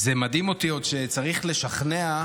זה מדהים אותי עוד שצריך לשכנע,